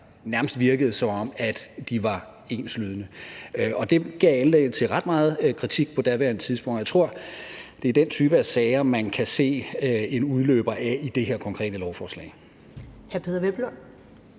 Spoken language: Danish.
nærmest virkede, som om de var enslydende. Det gav anledning til ret meget kritik på daværende tidspunkt, og jeg tror, det er den type af sager, man kan se en udløber af i det her konkrete lovforslag. Kl. 11:34 Første